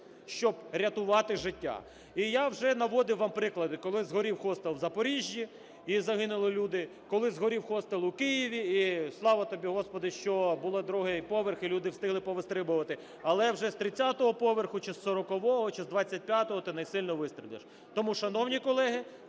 щоб рятувати життя. І я вже наводив вам приклади, коли згорів хостел в Запоріжжі і загинули люди, коли згорів хостел у Києві і, слава Тобі, Господи, що був другий поверх і люди встигли повистрибувати. Але вже з тридцятого поверху чи з сорокового, чи з двадцять п'ятого ти не сильно вистрибнеш. Тому, шановні колеги,